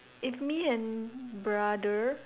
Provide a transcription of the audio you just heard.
if me and brother